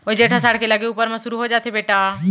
वोइ जेठ असाढ़ के लगे ऊपर म सुरू हो जाथे बेटा